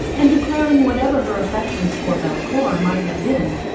and declaring whatever her affection for belcour might have been,